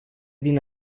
din